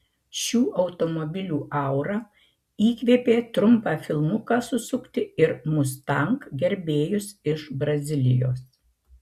šių automobilių aura įkvėpė trumpą filmuką susukti ir mustang gerbėjus iš brazilijos